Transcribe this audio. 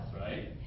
right